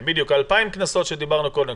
2,000 קנסות שעליהם דיברנו קודם,